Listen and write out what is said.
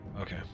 Okay